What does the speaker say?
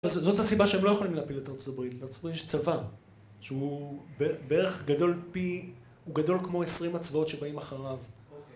זאת הסיבה שהם לא יכולים להפיל את ארצות הברית, לארצות הברית יש צבא שהוא בערך גדול פי, הוא גדול כמו עשרים הצבאות שבאים אחריו